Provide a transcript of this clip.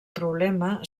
problema